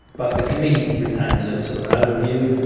but the committee retains ah sort of an overview,